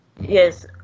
Yes